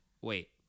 wait